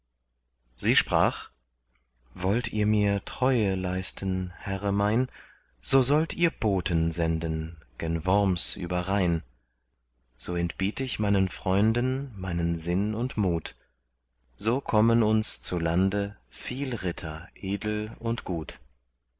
sie sprach wollt ihr mir treue leisten herre mein so sollt ihr boten senden gen worms überrhein so entbiet ich meinen freunden meinen sinn und mut so kommen uns zu lande viel ritter edel und gut